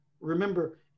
remember